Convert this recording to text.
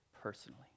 personally